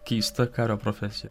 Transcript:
keista kario profesija